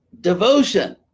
devotion